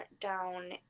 down